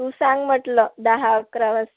तू सांग म्हटलं दहा अकरा वाजता